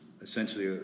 essentially